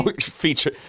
Feature